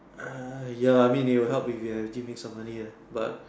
ah ya I mean it will help if you have give me some of money ah but